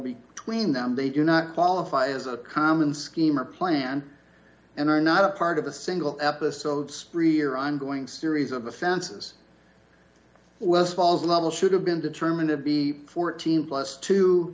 between them they do not qualify as a common scheme or plan and are not a part of a single episode spree or ongoing series of offenses well spalls level should have been determined to be fourteen plus two